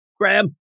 Graham